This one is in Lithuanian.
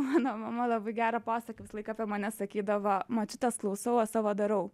mano mama labai gerą posakį visąlaik apie mane sakydavo močiutės klausau o savo darau